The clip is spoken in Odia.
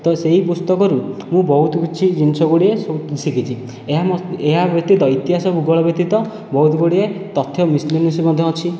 ତ ସେହି ପୁସ୍ତକରୁ ମୁଁ ବହୁତ କିଛି ଜିନିଷ ଗୁଡ଼ିଏ ସବୁ ଶିଖିଛି ଏହା ବ୍ୟତୀତ ଇତିହାସ ଭୂଗୋଳ ବ୍ୟତୀତ ବହୁତ ଗୁଡ଼ିଏ ତଥ୍ୟ ମିସ୍ଲେନିଅସ୍ ମଧ୍ୟ ଅଛି